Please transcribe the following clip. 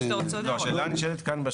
השאלה הנשאלת כאן היא